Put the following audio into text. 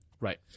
Right